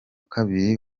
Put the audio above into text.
kabiri